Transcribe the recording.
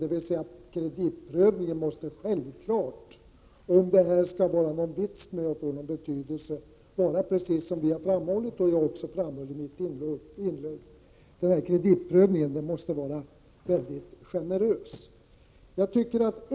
Kreditprövningen måste självfallet, om det skall vara någon vits med dessa lån, och som jag har framhållit i mina inlägg, vara mycket generös.